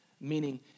Meaning